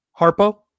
Harpo